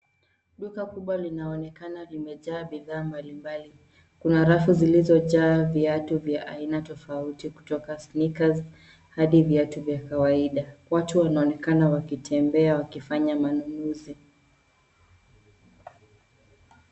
Duka kubwa linaonekana limejaa bidhaa mbalimbali. Kuna rafu zilizojaa viatu vya aina tofauti kutoka snickers hadi viatu vya kawaida. Watu wanaonekana wakitembea wakifanya manunuzi.